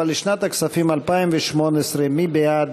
אבל לשנת הכספים 2018. מי בעד?